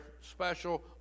special